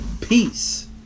peace